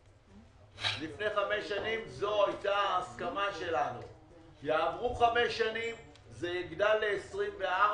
שלפני חמש שנים ההסכמה שלנו הייתה שכשיעברו חמש שנים זה יגדל ל-24,